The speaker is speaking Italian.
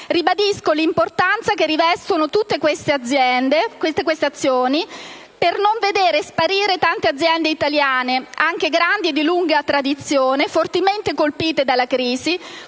Ribadisco l'importanza che rivestono tutte queste azioni per non vedere sparire tante aziende italiane, anche grandi e di lunga tradizione, fortemente colpite dalla crisi